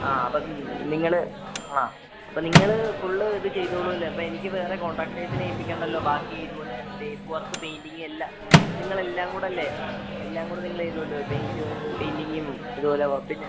ആ അപ്പോള് നിങ്ങള് ആ അപ്പോള് നിങ്ങള് ഫുള്ള് ഇത് ചെയ്തോളുകയില്ലേ അപ്പോള് എനിക്ക് വേറെ കോൺട്രാക്റ്റേഴ്സിനെ ഏൽപ്പിക്കണ്ടല്ലോ ബാക്കി ഇതുപോലെ തേപ്പ് വർക്ക് പെയിൻറ്റിംഗെല്ലാം നിങ്ങളെല്ലാം കൂടെയല്ലേ എല്ലാം കൂടെ നിങ്ങളെയ്തൂല്ലോ പെയ്ന്റ് പണി പെയ്ന്റിംഗും അതുപോലെ